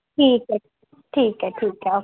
ठीक आहे ठीक आहे ठीक आहे ओके